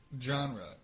genre